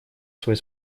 свой